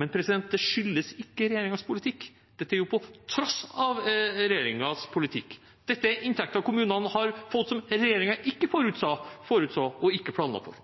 men det skyldes ikke regjeringens politikk. Det er på tross av regjeringens politikk. Dette er inntekter kommunene har fått som regjeringen ikke forutså eller planla for.